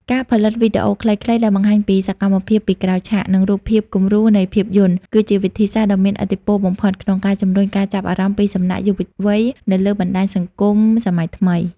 ការផលិតវីដេអូខ្លីៗដែលបង្ហាញពីសកម្មភាពពីក្រោយឆាក និងរូបភាពគំរូនៃភាពយន្ត គឺជាវិធីសាស្ត្រដ៏មានឥទ្ធិពលបំផុតក្នុងការជម្រុញការចាប់អារម្មណ៍ពីសំណាក់យុវវ័យនៅលើបណ្ដាញសង្គមសម័យថ្មី។